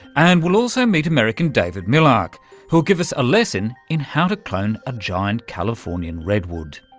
and we'll also meet american david millarch who'll give us a lesson in how to clone a giant californian redwood.